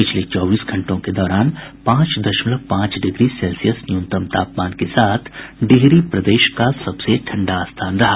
पिछले चौबीस घंटों के दौरान पांच दशमलव पांच डिग्री सेल्सियस न्यूनतम तापमान के साथ डिहरी प्रदेश का सबसे ठंडा स्थान रहा